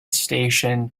station